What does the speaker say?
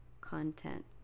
content